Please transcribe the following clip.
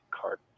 card